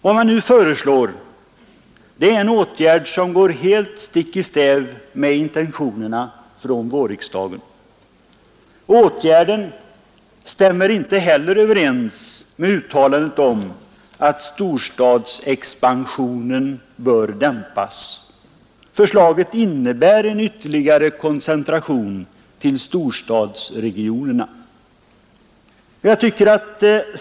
Vad man nu föreslår är en åtgärd som går helt stick i stäv med intentionerna från vårriksdagen. Åtgärden stämmer heller inte överens med uttalandet om att storstadsexpansionen bör dämpas. Förslaget innebär en ytterligare koncentration till storstadsregionerna.